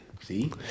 See